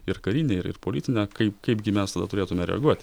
ir karinę ir ir politinę kaip kaipgi mes tada turėtume reaguot